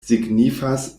signifas